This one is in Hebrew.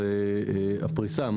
זאת הפריסה.